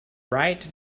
write